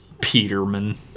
Peterman